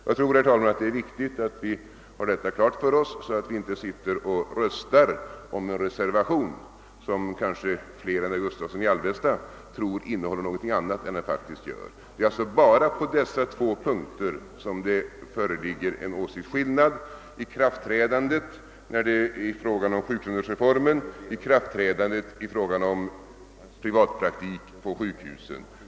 Det är viktigt, herr talman, att vi har detta klart för oss, så att vi inte sitter och röstar om en reservation som kanske fler än herr Gustavsson i Alvesta tror innehåller någonting annat än den faktiskt gör. Det är alltså bara på dessa två punkter som det föreligger en åsiktsskillnad: ikraftträdandet av sjukronorsreformen och ikraftträdandet av bestämmelsen om privat praktik på sjukhusen.